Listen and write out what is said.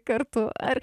kartu ar